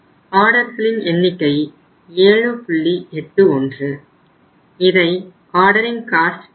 ஆர்டர்களின் எண்ணிக்கை 7